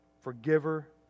forgiver